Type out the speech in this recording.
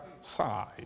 side